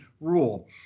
rule